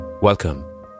Welcome